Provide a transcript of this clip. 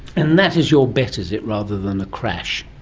and that is your bet, is it, rather than a crash?